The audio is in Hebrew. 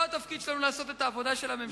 התפקיד שלנו הוא לא לעשות את עבודת הממשלה.